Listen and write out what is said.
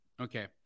Okay